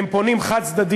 הם פונים חד-צדדית,